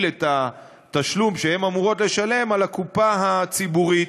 את התשלום שהן אמורות לשלם על הקופה הציבורית.